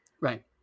Right